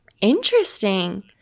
Interesting